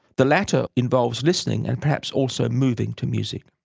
the latter involves listening and perhaps also moving to music.